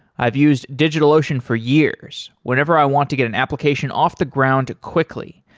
i've used digitalocean for years whenever i want to get an application off the ground quickly,